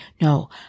No